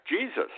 Jesus